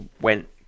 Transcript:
went